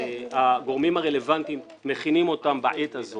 והגורמים הרלוונטיים מכינים אותן בעת הזו.